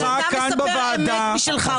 אתה מספר אמת משלך.